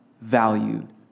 valued